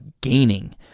gaining